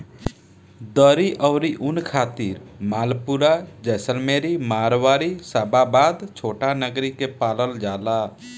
दरी अउरी ऊन खातिर मालपुरा, जैसलमेरी, मारवाड़ी, शाबाबाद, छोटानगरी के पालल जाला